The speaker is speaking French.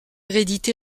réédité